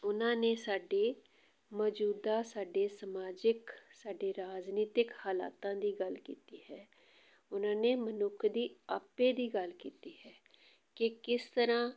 ਉਹਨਾਂ ਨੇ ਸਾਡੇ ਮੌਜੂਦਾ ਸਾਡੇ ਸਮਾਜਿਕ ਸਾਡੇ ਰਾਜਨੀਤਿਕ ਹਾਲਾਤਾਂ ਦੀ ਗੱਲ ਕੀਤੀ ਹੈ ਉਹਨਾਂ ਨੇ ਮਨੁੱਖ ਦੀ ਆਪੇ ਦੀ ਗੱਲ ਕੀਤੀ ਹੈ ਕਿ ਕਿਸ ਤਰ੍ਹਾਂ